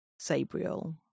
sabriel